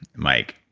mike.